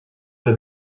have